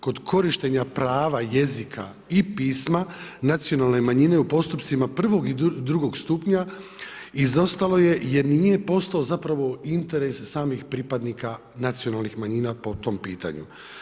Kod korištenja prava jezika i pisma nacionalne manjine u postupcima prvog i drugog stupnja izostalo je jer nije postojao zapravo interes samih pripadnika nacionalnih manjina po tom pitanju.